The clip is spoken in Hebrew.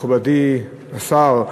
מכובדי השר,